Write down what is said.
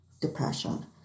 depression